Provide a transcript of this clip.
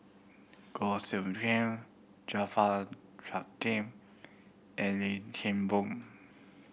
Goh Soo Khim Jaafar Latiff and Lim Kim Boon